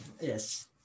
Yes